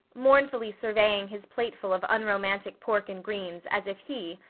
mournfully surveying his plateful of unromantic pork and greens as if he,